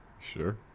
Sure